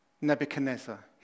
Nebuchadnezzar